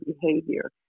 behavior